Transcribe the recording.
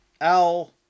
Al